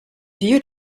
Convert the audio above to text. you